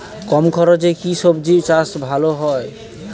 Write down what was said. কম খরচে কি সবজি চাষ ভালো হয়?